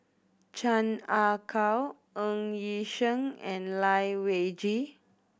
Chan Ah Kow Ng Yi Sheng and Lai Weijie